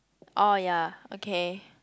oh ya okay